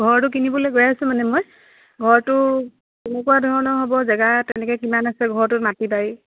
ঘৰটো কিনিবলৈ গৈ আছো মানে মই ঘৰটো কেনেকুৱা ধৰণৰ হ'ব জেগা তেনেকৈ কিমান আছে ঘৰটোৰ মাটি বাৰী